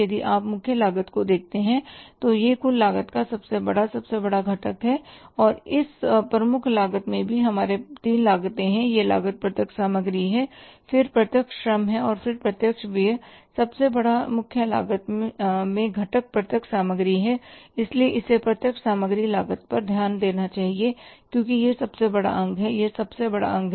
यदि आप मुख्य लागत को देखते हैं तो यह कुल लागत का सबसे बड़ा सबसे बड़ा घटक है और इस प्रमुख लागत में भी हमारी तीन लागतें हैं एक लागत प्रत्यक्ष सामग्री है फिर प्रत्यक्ष श्रम है और फिर प्रत्यक्ष व्यय सबसे बड़ा मुख्य लागत में घटक प्रत्यक्ष सामग्री है इसलिए हमें प्रत्यक्ष सामग्री लागत पर ध्यान देना चाहिए क्योंकि यह सबसे बड़ा अंग है यह सबसे बड़ा अंग है